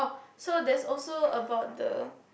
so there's also about the